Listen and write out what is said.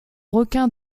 requin